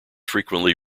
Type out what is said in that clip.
frequently